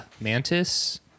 mantis